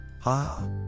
Ha